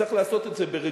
צריך לעשות את זה ברגישות,